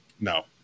No